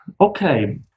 Okay